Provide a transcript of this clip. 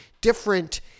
different